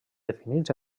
definits